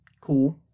cool